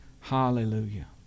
hallelujah